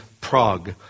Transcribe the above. Prague